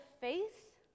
faith